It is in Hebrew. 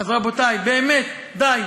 אז, רבותי, באמת, די.